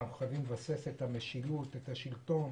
אנחנו חייבים לבסס את המשילות ואת השלטון.